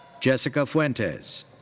jessica fuentes.